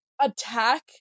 attack